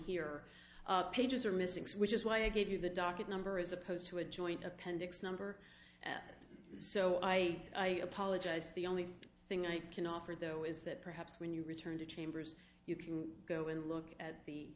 here pages are missing which is why i gave you the docket number as opposed to a joint appendix number so i apologize the only thing i can offer though is that perhaps when you return to chambers you can go and look at the